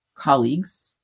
colleagues